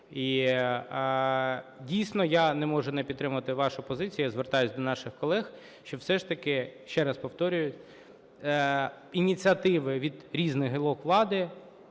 дійсно, я не можу не підтримати вашу позицію, я звертаюсь до наших колег, що все ж таки, ще раз повторюю, ініціативи від різних гілок влади